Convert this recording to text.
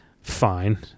Fine